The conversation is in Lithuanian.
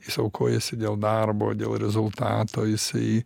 jis aukojasi dėl darbo dėl rezultato jisai